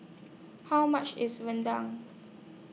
How much IS Rendang